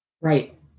Right